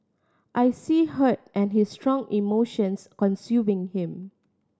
I see hurt and his strong emotions consuming him